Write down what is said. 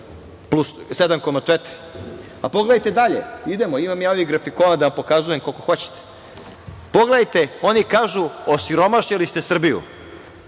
nego 7,4%?Pogledajte dalje, idemo, imam ja ovih grafikona da vam pokazujem koliko hoćete. Pogledajte, oni kažu – osiromašili ste Srbiju.